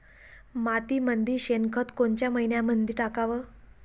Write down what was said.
मातीमंदी शेणखत कोनच्या मइन्यामंधी टाकाव?